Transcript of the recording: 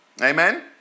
Amen